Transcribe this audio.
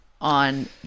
on